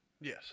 Yes